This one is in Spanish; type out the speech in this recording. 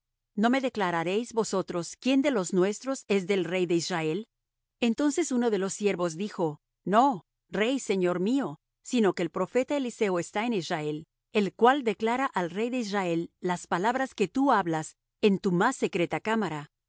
no me declararéis vosotros quién de los nuestros es del rey de israel entonces uno de los siervos dijo no rey señor mío sino que el profeta eliseo está en israel el cual declara al rey de israel las palabras que tú hablas en tu más secreta cámara y